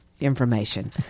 information